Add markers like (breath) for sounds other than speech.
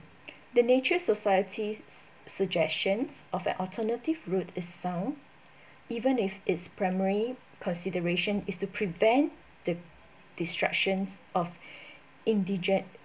the nature society's suggestions of an alternative route is sound even if its primary consideration is to prevent the distractions of (breath) indigen~